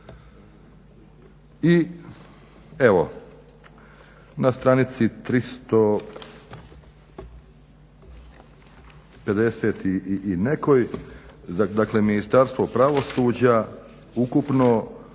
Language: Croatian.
I evo, na stranici 350 i nekoj dakle Ministarstvo pravosuđa ukupno